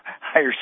higher